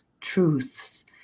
truths